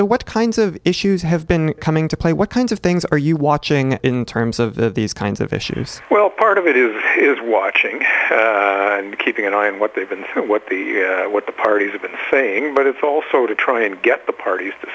what kinds of issues have been coming to play what kinds of things are you watching in terms of these kinds of issues well part of it is is watching and keeping an eye on what they've been through what the what the parties have been saying but it's also to try and get the parties to